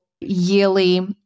yearly